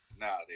No